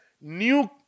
new